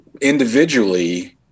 individually